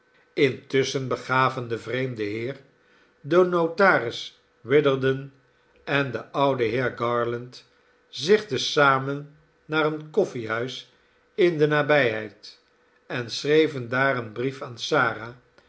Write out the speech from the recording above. intusschen begaven de vreemde heer de notaris witherden en de oude heer garland zich te zamen naar een koffiehuis in de nabijheid en schreven daar een brief aan sara